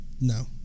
No